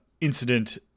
incident